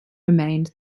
remained